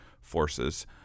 forces